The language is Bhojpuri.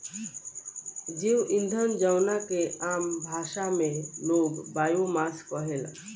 जैव ईंधन जवना के आम भाषा में लोग बायोमास कहेला